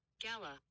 Gala